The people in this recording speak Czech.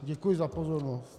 Děkuji za pozornost.